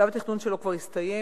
שלב התכנון שלו כבר הסתיים,